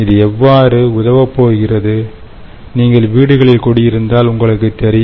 இது எவ்வாறு உதவப் போகிறது நீங்கள் வீடுகளில் குடியிருந்தால் உங்களுக்குத் தெரியும்